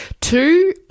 Two